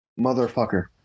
Motherfucker